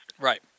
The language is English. Right